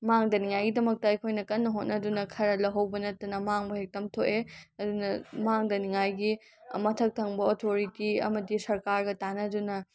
ꯃꯥꯡꯗꯅꯉꯥꯏꯒꯤꯗꯃꯛꯇ ꯑꯩꯈꯣꯏꯅ ꯀꯟꯅ ꯍꯣꯠꯅꯗꯨꯅ ꯈꯔ ꯂꯍꯧꯕ ꯅꯠꯇꯅ ꯃꯥꯡꯕ ꯍꯦꯛꯇ ꯊꯣꯛꯑꯦ ꯑꯗꯨꯅ ꯃꯥꯡꯗꯅꯤꯉꯥꯏꯒꯤ ꯃꯊꯛ ꯊꯪꯕ ꯑꯣꯊꯣꯔꯤꯇꯤ ꯑꯃꯗꯤ ꯁꯔꯀꯥꯔꯒ ꯇꯥꯅꯗꯨꯅ